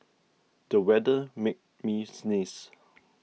the weather made me sneeze